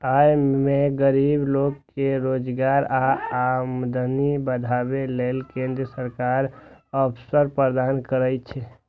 अय मे गरीब लोक कें रोजगार आ आमदनी बढ़ाबै लेल केंद्र सरकार अवसर प्रदान करै छै